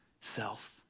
self